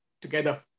together